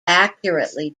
accurately